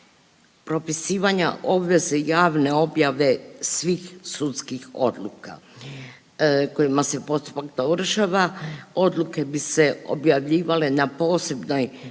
propisivanja obveze javne objave svih sudskih odluka kojima se postupak dovršava. Odluke bi se objavljivale na posebnoj